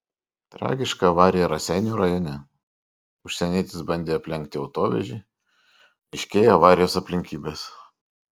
tragiška avarija raseinių rajone užsienietis bandė aplenkti autovežį aiškėja avarijos aplinkybės